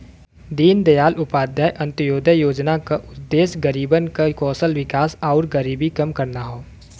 दीनदयाल उपाध्याय अंत्योदय योजना क उद्देश्य गरीबन क कौशल विकास आउर गरीबी कम करना हौ